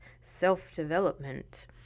self-development